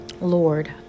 Lord